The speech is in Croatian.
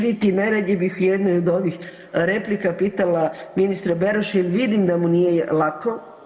Najradije bih u jednoj od ovih replika pitala ministra Beroša jer vidim da mu nije lako.